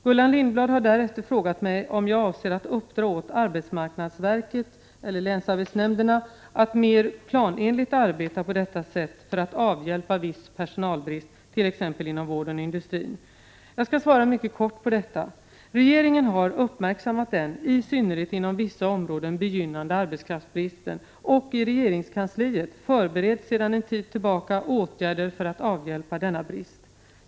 Gullan Lindblad har därefter frågat mig om jag avser att uppdra åt arbetsmarknadsverket eller länsarbetsnämnderna att mer planenligt arbeta på detta sätt för att avhjälpa viss personalbrist, t.ex. inom vården och industrin. Jag skall svara mycket kort på detta. Regeringen har uppmärksammat den, i synnerhet inom vissa områden, begynnande arbetskraftsbristen, och i regeringskansliet förbereds sedan en tid tillbaka åtgärder för att avhjälpa denna brist.